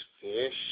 fish